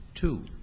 Two